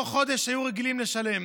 חודש בעצם פי עשרה ממה שהם היו רגילים לשלם.